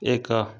ଏକ